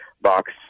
box